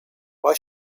why